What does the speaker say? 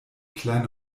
kleine